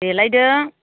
देलायदो